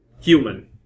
Human